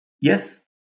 yes